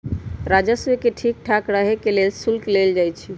राजस्व के ठीक ठाक रहे के लेल शुल्क लेल जाई छई